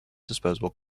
disposable